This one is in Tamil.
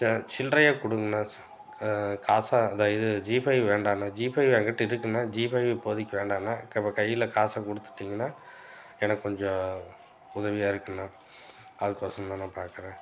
சே சில்லறையாக கொடுங்கண்ணா காசாக அந்த இது ஜீஃவை வேண்டாண்ணா ஜீஃவை என்கிட்ட இருக்குதுண்ணா ஜீஃவை இப்போதைக்கு வேண்டாண்ணா க கையில் காசை கொடுத்துட்டீங்கனா எனக்கு கொஞ்சம் உதவியாக இருக்கும்ணா அதுக்கொசரந்தாண்ணா பார்க்குறேன்